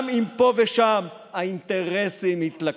גם אם פה ושם האינטרסים התלכדו,